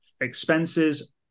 expenses